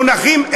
מונחים,